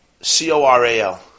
C-O-R-A-L